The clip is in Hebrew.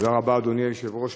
תודה רבה, אדוני היושב-ראש.